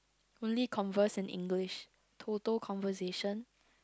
only converse in English total conversation